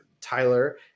Tyler